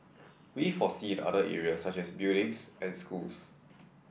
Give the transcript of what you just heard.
we foresee in other areas such as buildings and schools